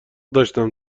داشتم